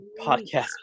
podcast